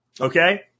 okay